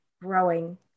growing